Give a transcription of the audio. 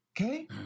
okay